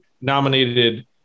nominated